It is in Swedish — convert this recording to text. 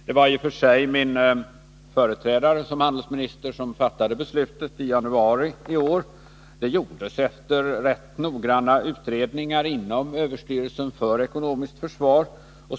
Det var i och för sig min företrädare som handelsminister som i januari i år fattade beslutet. Det gjordes efter ganska noggranna utredningar inom överstyrelsen för ekonomiskt försvar.